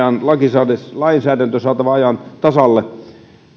lainsäädäntö saatava ajan tasalle